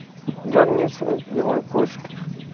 ᱡᱚᱢ ᱧᱩ ᱥᱮᱡ ᱡᱮᱢᱚᱱ